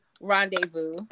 rendezvous